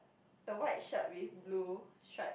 the white shirt with blue stripe